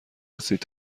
هستید